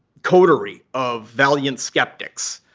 coterie of valeant skeptics.